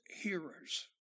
hearers